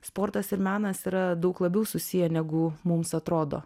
sportas ir menas yra daug labiau susiję negu mums atrodo